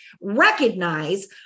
recognize